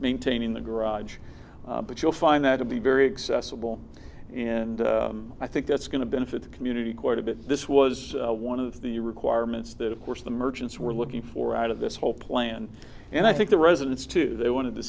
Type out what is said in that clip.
maintaining the garage but you'll find that to be very excessive bill and i think that's going to benefit the community quite a bit this was one of the requirements that of course the merchants were looking for out of this whole plan and i think the residents to they wanted to